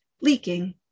leaking